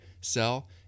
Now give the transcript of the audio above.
sell